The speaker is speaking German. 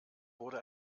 wurde